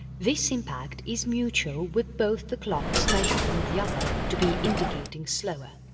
this impact is mutual with both the clocks measuring the other to be indicating slower.